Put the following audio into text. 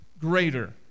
greater